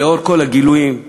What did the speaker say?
לנוכח כל הגילויים האנטישמיים,